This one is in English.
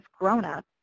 grown-up